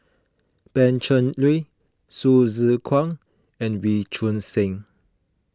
Pan Cheng Lui Hsu Tse Kwang and Wee Choon Seng